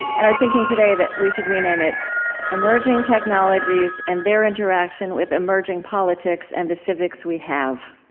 and i was thinking today that we should rename it emerging technologies and their interaction with emerging politics and the civics we have.